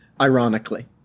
ironically